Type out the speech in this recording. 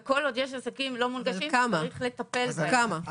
וכל עוד יש עסקים לא מונגשים צריך לטפל בהם.